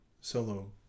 solo